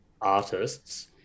artists